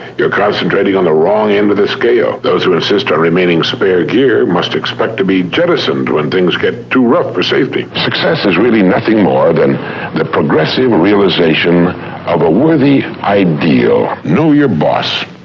you're concentrating on the wrong end of the scale. those who insist on remaining spare gear must expect to be jettisoned when things get too rough for safety. success is really nothing more than the progressive realization of a worthy ideal. know your boss.